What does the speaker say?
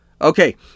Okay